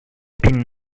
pin